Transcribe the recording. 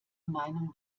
meinung